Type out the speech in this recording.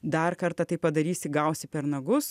dar kartą taip padarysi gausi per nagus